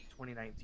2019